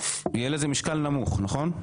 יהיה לזה משקל נמוך, נכון?